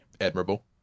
admirable